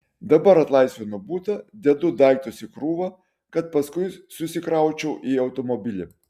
dabar atlaisvinu butą dedu daiktus į krūvą kad paskui susikraučiau į automobilį